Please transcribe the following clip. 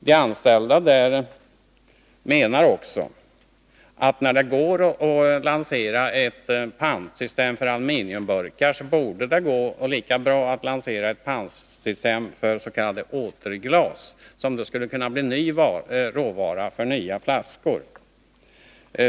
De anställda menar också att när det går att lansera ett pantsystem för aluminiumburkar borde det gå lika bra att lansera ett pantsystem för s.k. återglas, som då skulle kunna bli råvara för nya flaskor.